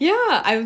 ya I'm